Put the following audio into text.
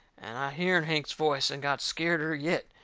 and i hearn hank's voice, and got scareder yet.